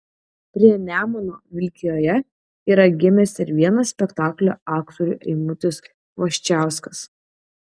prie nemuno vilkijoje yra gimęs ir vienas spektaklio aktorių eimutis kvoščiauskas